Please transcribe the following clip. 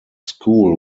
school